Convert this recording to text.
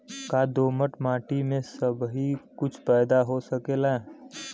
का दोमट माटी में सबही कुछ पैदा हो सकेला?